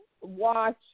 watch